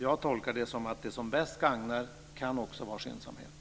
Jag tolkar det som att det som bäst gagnar också kan vara skyndsamhet.